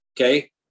Okay